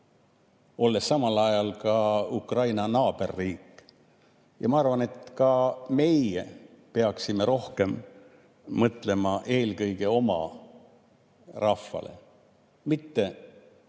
olles samal ajal ka Ukraina naaberriik. Ja ma arvan, et ka meie peaksime rohkem mõtlema eelkõige oma rahvale, mitte mingile